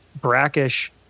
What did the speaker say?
brackish